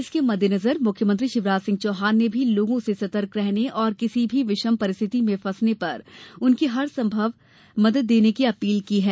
इसके मद्देनजर मुख्यमंत्री शिवराज सिंह चौहान ने भी लोगों से सतर्क रहने और किसी के विषम परिस्थिति में फंसने पर उसकी हर संभव मदद करने की अपील की है